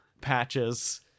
patches